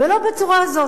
ולא בצורה הזאת.